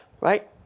right